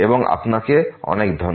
আপনাকে অনেক ধন্যবাদ